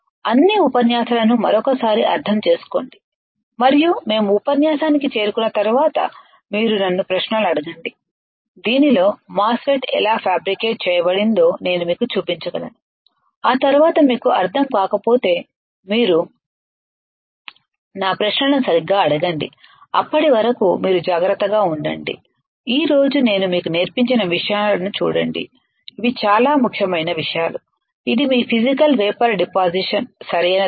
అన్ని ఉపన్యాసాలను మరోసారి అర్థం చేసుకోండి మరియు మేము ఉపన్యాసానికి చేరుకున్న తర్వాత మీరు నన్ను ప్రశ్నలు అడగండి దీనిలో మాస్ ఫెట్ ఎలా ఫ్యాబ్రికేట్ చేయబడిందో నేను మీకు చూపించగలను ఆ తర్వాత మీకు అర్థం కాకపోతే మీరు నా ప్రశ్నలను సరిగ్గా అడగండి అప్పటి వరకు మీరు జాగ్రత్తగా ఉండండి ఈ రోజు నేను మీకు నేర్పించిన విషయాలను చూడండి ఇవి చాలా ముఖ్యమైన విషయాలు ఇది మీ ఫిసికల్ వేపర్ డిపాసిషన్ సరైనదేనా